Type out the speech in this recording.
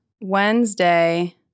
Wednesday